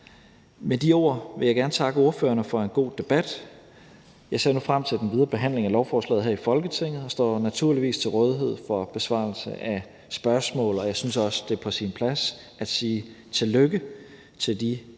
Med de ord vil jeg gerne takke ordførerne for en god debat. Jeg ser nu frem til den videre behandling af lovforslaget her i Folketinget og står naturligvis til rådighed for besvarelse af spørgsmål, og jeg synes også, det er på sin plads at sige tillykke til de